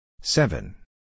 Seven